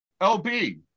LB